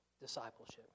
discipleship